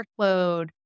workload